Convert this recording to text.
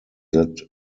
that